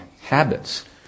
habits